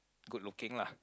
good looking lah